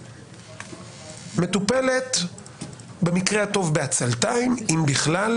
מטופלת במקרה הטוב בעצלתיים אם בכלל,